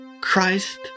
Christ